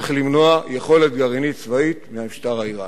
שצריך למנוע יכולת גרעינית צבאית מהמשטר האירני,